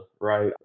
right